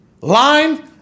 line